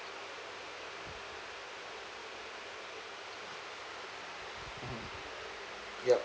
yup